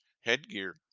headgear